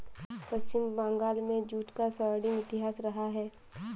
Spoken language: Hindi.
पश्चिम बंगाल में जूट का स्वर्णिम इतिहास रहा है